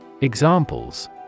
Examples